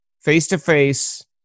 face-to-face